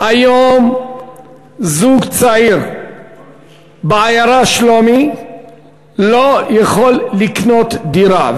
היום זוג צעיר בעיירה שלומי לא יכול לקנות דירה.